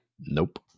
Nope